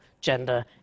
gender